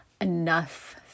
enough